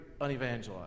unevangelized